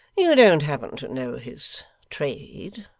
you don't happen to know his trade,